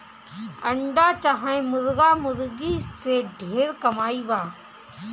अंडा चाहे मुर्गा मुर्गी से ढेर कमाई बा